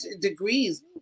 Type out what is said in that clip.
degrees